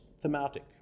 thematic